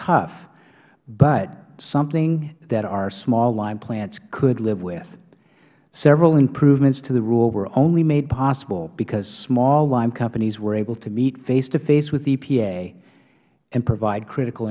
tough but something that our small lime plants could live with several improvements to the rule were only made possible because small lime companies were able to meet face to face with epa and provide critical